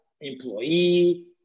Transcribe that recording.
employee